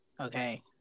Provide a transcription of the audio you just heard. Okay